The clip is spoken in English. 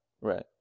Right